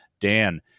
dan